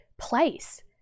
place